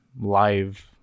live